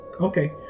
Okay